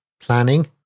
planning